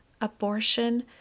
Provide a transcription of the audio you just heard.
abortion